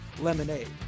lemonade